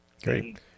great